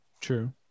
True